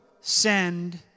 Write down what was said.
send